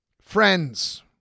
friends